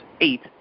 eight